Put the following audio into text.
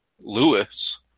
Lewis